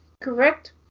correct